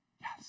Yes